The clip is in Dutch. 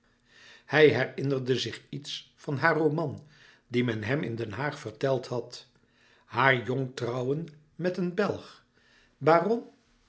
hij herinnerde zich iets van haar roman dien men hem in den haag verteld had haar jong trouwen met een belg baron